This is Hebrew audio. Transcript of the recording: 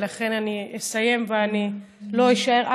ולכן אני אסיים ואני לא אישאר.